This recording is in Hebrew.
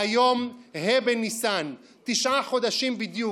והיום ה' בניסן, תשעה חודשים בדיוק.